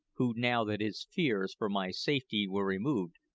who, now that his fears for my safety were removed,